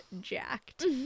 jacked